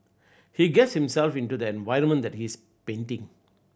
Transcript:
he gets himself into the environment that he's painting